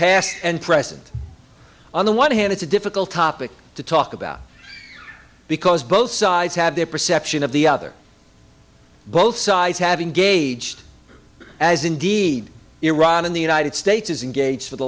past and present on the one hand it's a difficult topic to talk about because both sides have their perception of the other both sides have engaged as indeed iran in the united states is engaged for the